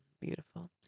Beautiful